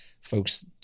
folks